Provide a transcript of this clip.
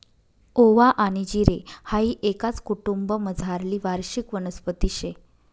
ओवा आनी जिरे हाई एकाच कुटुंबमझारली वार्षिक वनस्पती शे